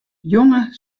jonge